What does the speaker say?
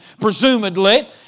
presumably